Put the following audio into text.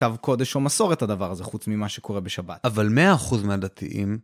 קו קודש או מסורת הדבר הזה, חוץ ממה שקורה בשבת. אבל מאה אחוז מהדתיים...